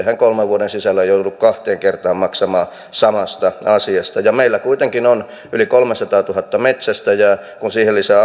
hän kolmen vuoden sisällä joudu kahteen kertaan maksamaan samasta asiasta meillä kuitenkin on yli kolmesataatuhatta metsästäjää kun siihen lisää